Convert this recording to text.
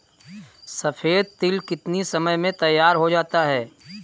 सफेद तिल कितनी समय में तैयार होता जाता है?